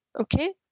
okay